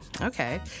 okay